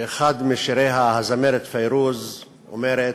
באחד משיריה הזמרת פיירוז אומרת,